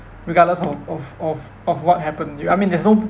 regardless of of of of what happened you I mean there's no